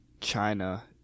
China